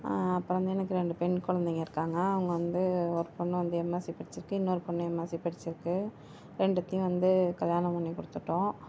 அப்புறம் வந்து எனக்கு ரெண்டு பெண் குழந்தைங்கள் இருக்காங்க அவங்க வந்து ஒரு பொண்ணு வந்து எம்எஸ்சி படிச்சுருக்கு இன்னொரு பொண்ணு எம்எஸ்சி படிச்சுருக்கு ரெண்டுத்தையும் வந்து கல்யாணம் பண்ணி கொடுத்துட்டோம்